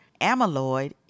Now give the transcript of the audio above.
amyloid